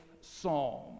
Psalm